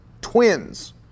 twins